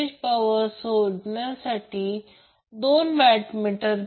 आणि तो load delta आहे तर तो कॅपॅसिटीर आहे